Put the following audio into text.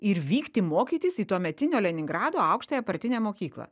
ir vykti mokytis į tuometinio leningrado aukštąją partinę mokyklą